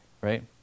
right